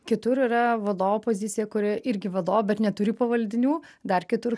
kitur yra vadovo pozicija kuri irgi vadovo bet neturi pavaldinių dar kitur